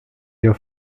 your